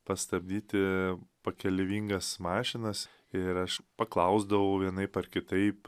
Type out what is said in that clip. pastabdyti pakeleivingas mašinas ir aš paklausdavau vienaip ar kitaip